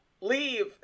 Leave